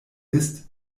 ist